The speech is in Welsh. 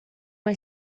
mae